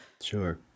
sure